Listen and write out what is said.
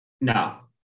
No